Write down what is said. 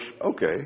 okay